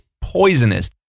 poisonous